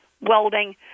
welding